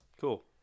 Cool